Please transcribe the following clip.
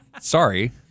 Sorry